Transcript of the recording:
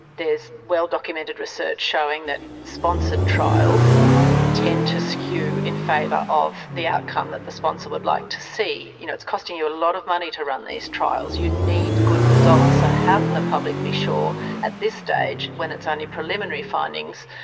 there's well-documented research showing that sponsored trials tend to skew in favour of the outcome that the sponsor would like to see. you know it's costing you a lot of money to run these trials. you need good results. so how can the public be sure at this stage when it's only preliminary findings,